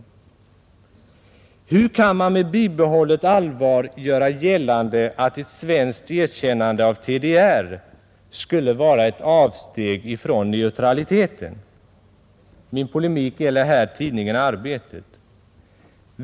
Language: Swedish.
Hur kan man med bibehållet allvar göra gällande att ett svenskt erkännande av TDR skulle vara ett avsteg från neutraliteten? Min polemik gäller här tidningen Arbetet.